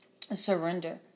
surrender